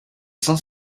saint